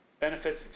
benefits